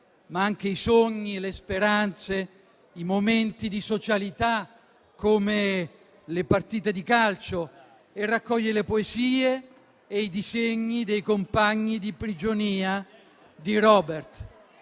ma anche i sogni e le speranze, i momenti di socialità come le partite di calcio, e raccoglie le poesie e i disegni dei compagni di prigionia di Robert.